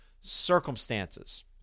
circumstances